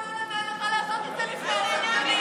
נתניהו לא נתן לך לעשות את זה לפני עשר שנים,